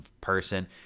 person